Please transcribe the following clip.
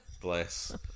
Bless